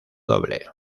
doble